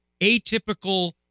atypical